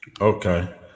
Okay